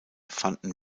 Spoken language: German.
fanden